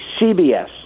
CBS